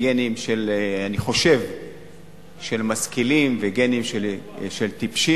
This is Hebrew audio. אני חושב שאין גנים של משכילים וגנים של טיפשים.